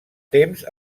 temps